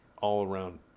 all-around